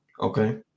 Okay